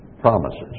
promises